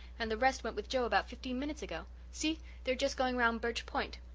and the rest went with joe about fifteen minutes ago. see they're just going around birch point.